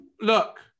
Look